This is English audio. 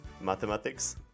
Mathematics